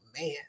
man